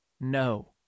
No